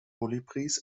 kolibris